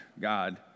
God